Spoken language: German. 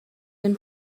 den